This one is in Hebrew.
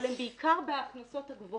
אבל הם בעיקר בהכנסות הגבוהות.